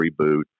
reboot